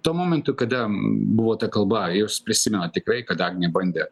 tuo momentu kada buvo ta kalba jūs prisimenat tikrai kad agnė bandė